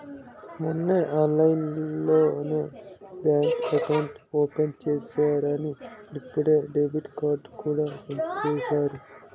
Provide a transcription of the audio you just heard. మొన్నే ఆన్లైన్లోనే bank account open చేసేసానని ఇప్పుడే డెబిట్ కార్డుకూడా పంపేసారు